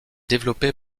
développé